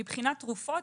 מבחינת תרופות,